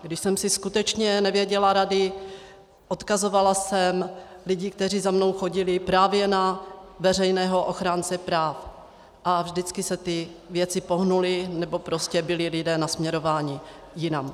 Když jsem si skutečně nevěděla rady, odkazovala jsem lidi, kteří za mnou chodili, právě na veřejného ochránce práv a vždycky se věci pohnuly, nebo prostě byli lidé nasměřování jinam.